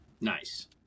Nice